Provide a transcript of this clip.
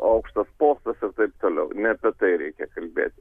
aukštas postas ir taip toliau ne apie tai reikia kalbė